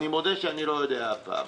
אני מודה שאני לא יודע הפעם.